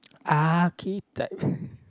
architect